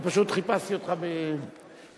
אני פשוט חיפשתי אותך, בבקשה.